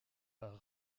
par